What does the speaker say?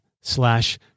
slash